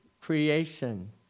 creation